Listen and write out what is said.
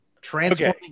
transforming